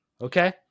Okay